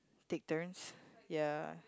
take turns ya